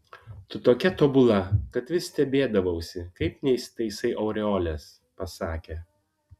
tu tokia tobula kad vis stebėdavausi kaip neįsitaisai aureolės pasakė